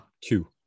two